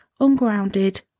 ungrounded